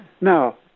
Now